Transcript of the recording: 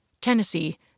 Tennessee